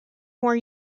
more